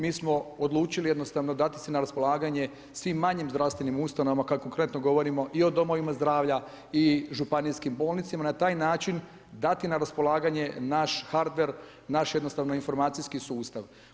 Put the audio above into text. Mi smo odlučili jednostavno dati si na raspolaganje svim manjim zdravstvenim ustanovama kad konkretno govorimo i o domovima zdravlja i županijskim bolnicama na taj način dati na raspolaganje naš hardware, naše jednostavno informacijski sustav.